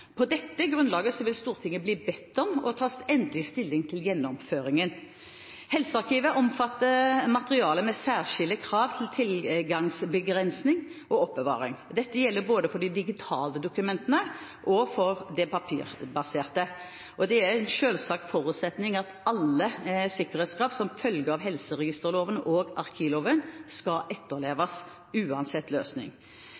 På dette grunnlaget vil Stortinget bli bedt om å ta endelig stilling til gjennomføringen. Helsearkivet omfatter materiale med særskilte krav til tilgangsbegrensning og oppbevaring; dette gjelder både for de digitale dokumentene og for det papirbaserte. Det er en selvsagt forutsetning at alle sikkerhetskrav som følger av helseregisterloven og arkivloven, skal etterleves uansett løsning.